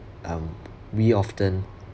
um we often